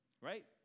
right